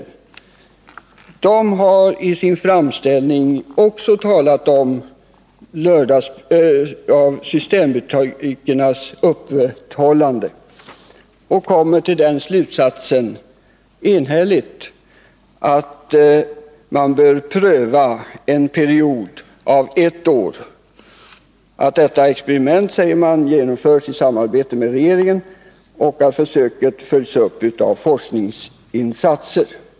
Gruppen har i sin framställning också talat om systembutikernas öppethållande och kommer enhälligt till den slutsatsen att man under en period av ett år bör pröva lördagsstängning. Man föreslår att detta experiment genomförs i samarbete med regeringen och att försöket följs upp av forskningsinsatser.